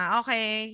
okay